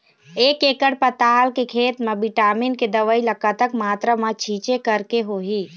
एक एकड़ पताल के खेत मा विटामिन के दवई ला कतक मात्रा मा छीचें करके होही?